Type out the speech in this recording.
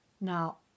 now